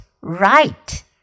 right